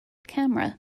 camera